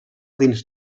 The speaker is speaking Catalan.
dins